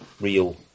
real